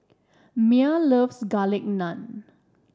Mia loves Garlic Naan